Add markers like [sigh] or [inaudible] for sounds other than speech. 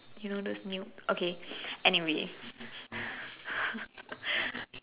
you know those new okay anyway [laughs]